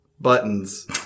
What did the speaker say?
Buttons